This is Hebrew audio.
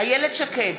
איילת שקד,